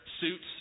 suits